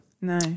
No